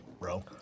bro